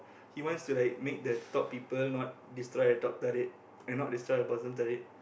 he wants to like make the top people not destroy the top thirty eight and not destroy the bottom thirty eight